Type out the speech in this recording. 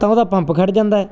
ਤਾਂ ਉਹਦਾ ਪੰਪ ਖੜ ਜਾਂਦਾ